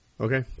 Okay